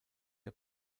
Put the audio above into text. der